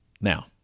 Now